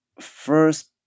first